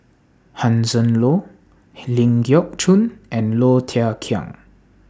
Hanson Ho Ling Geok Choon and Low Thia Khiang